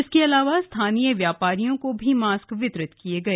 इसके अलावा स्थानीय व्यापारियों को भी मास्क वितरित किये गए